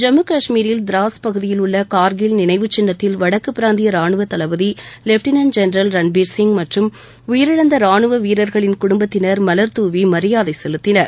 ஜம்மு கஷ்மீரில் திராஸ் பகுதியில் உள்ள கார்கில் நினைவுச் சின்னத்தில் வடக்குப் பிராந்திய ராணுவத் தளபதி லெப்டினன்ட் ஜென்ரல் ரன்பீர்சிங் மற்றும் உயிரிழந்த ராணுவ வீரர்களின் குடும்பத்தினர் மலர் தூவி மரியாதை செலுத்தினர்